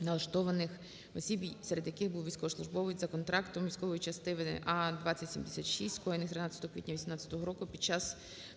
налаштованих осіб, серед яких був військовослужбовець за контрактом військової частини А2076, скоєних 13 квітня 2018 року під час